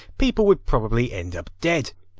people would probably end up dead.